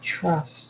trust